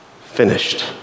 finished